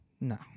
No